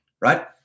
right